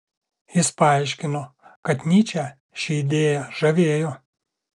jis paaiškino kad nyčę ši idėja žavėjo